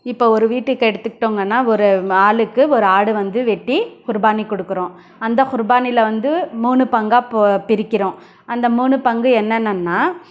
இப்போது ஒரு வீட்டுக்கு எடுத்துக்கிட்டோங்கன்னா ஒரு ஆளுக்கு ஒரு ஆடு வந்து வெட்டி குருபானி கொடுக்குறோம் அந்த குருபானியில் வந்து மூணு பங்காக போ பிரிக்கிறோம் அந்த மூணு பங்கு என்னென்னன்னால்